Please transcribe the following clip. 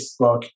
facebook